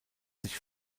sich